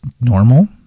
normal